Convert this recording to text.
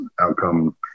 outcome